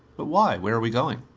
but why? where are we going?